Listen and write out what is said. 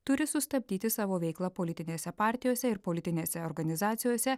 turi sustabdyti savo veiklą politinėse partijose ir politinėse organizacijose